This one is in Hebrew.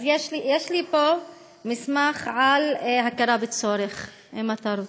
יש לי פה מסמך על הכרה בצורך, אם אתה רוצה.